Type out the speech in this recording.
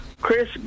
Chris